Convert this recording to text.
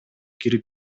кирип